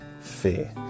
fear